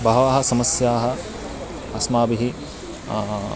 बहवः समस्याः अस्माभिः